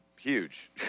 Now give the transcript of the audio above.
huge